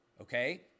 Okay